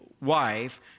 wife